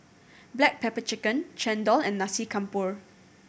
black pepper chicken chendol and Nasi Campur